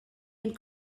ein